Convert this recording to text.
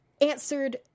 Answered